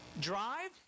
Drive